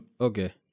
okay